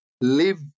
live